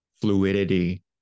fluidity